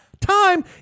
Time